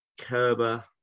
Kerber